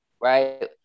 right